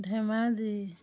Dhemaji